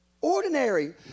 Ordinary